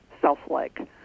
self-like